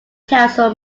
council